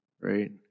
Right